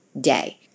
day